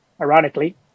ironically